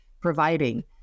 providing